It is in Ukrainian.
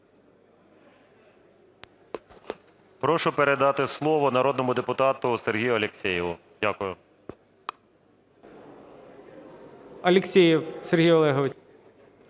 Прошу передати слово народному депутату Сергію Алєксєєву. Дякую. ГОЛОВУЮЧИЙ. Алєксєєв Сергій Олегович.